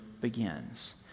begins